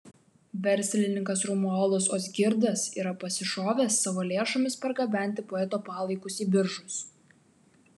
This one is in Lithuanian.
verslininkas romualdas ozgirdas yra pasišovęs savo lėšomis pargabenti poeto palaikus į biržus